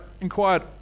inquired